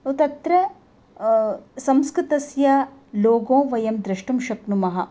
तत्र संस्कृतस्य लोगो वयं द्रष्टुं शक्नुमः